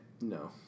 No